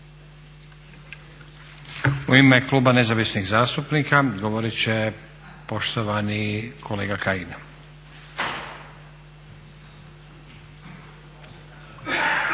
U ime Kluba Nezavisnih zastupnika govorit će poštovani kolega Kajin.